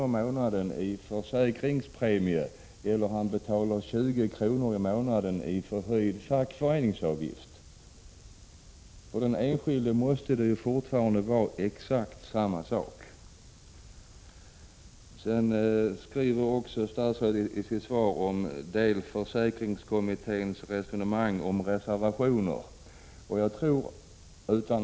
i månaden i försäkringspremier eller 20 kr. i månaden i förhöjd fackföreningsavgift? För den enskilde måste det fortfarande vara exakt samma sak. Statsrådet skriver också i sitt svar om delförsäkringskommitténs resone = Prot. 1986/87:53 mang om reservationer.